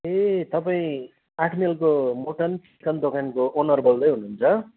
ए तपाईँ आठ माइलको मटन चिकन दोकानको ओनर बोल्दै हुनुहुन्छ